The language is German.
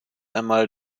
einmal